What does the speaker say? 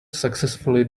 successfully